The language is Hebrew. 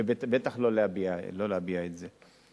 ובטח לא להביע את זה.